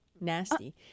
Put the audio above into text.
nasty